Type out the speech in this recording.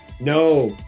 no